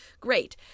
Great